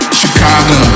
Chicago